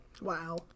Wow